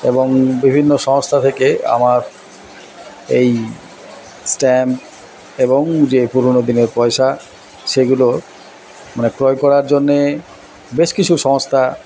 এবং বিভিন্ন সংস্থা থেকে আমার এই স্ট্যাম্প এবং যে পুরোনো দিনের পয়সা সেগুলো মানে ক্রয় করার জন্যে বেশ কিছু সংস্থা